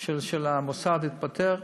של המוסד התפטר.